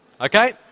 Okay